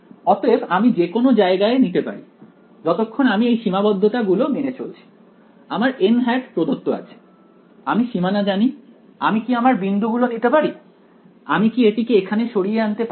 অতএব আমি যে কোন জায়গা নিতে পারি যতক্ষণ আমি এই সীমাবদ্ধতা গুলো মেনে চলছি আমার প্রদত্ত আছে আমি সীমানা জানি আমি কি আমার বিন্দুগুলো নিতে পারি আমি কি এটিকে এখানে সরিয়ে আনতে পারি